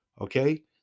Okay